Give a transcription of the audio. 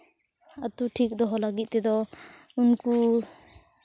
ᱟᱛᱳ ᱴᱷᱤᱠ ᱫᱚᱦᱚ ᱞᱟᱹᱜᱤᱫ ᱛᱮᱫᱚ ᱩᱱᱠᱩ